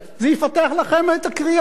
זה יפתח לכם את הקריאה.